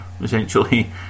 essentially